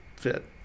fit